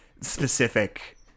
specific